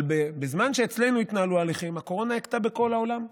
אבל בזמן שאצלנו התנהלו הליכים הקורונה הכתה בכל העולם,